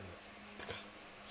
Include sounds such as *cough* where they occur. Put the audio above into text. *noise*